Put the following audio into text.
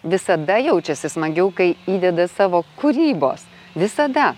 visada jaučiasi smagiau kai įdeda savo kūrybos visada